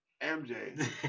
MJ